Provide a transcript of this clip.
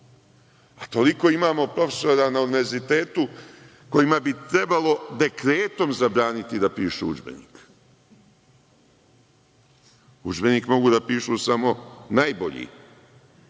a toliko imamo profesora na univerzitetu kojima bi trebalo dekretom zabraniti da pišu udžbenik. Udžbenik mogu da pišu samo najbolji